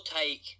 take